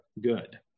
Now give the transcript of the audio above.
good